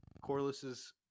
Corliss's